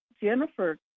Jennifer